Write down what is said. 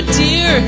dear